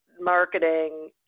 marketing